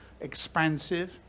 expansive